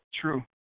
True